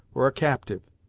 or a captyve.